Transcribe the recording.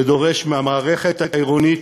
זה דורש מהמערכת העירונית